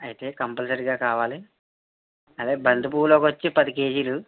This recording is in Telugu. అయితే కంపల్సరీ గా కావాలి అదే బంతి పూలు వచ్చి పది కేజీలు